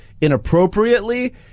inappropriately